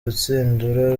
rutsindura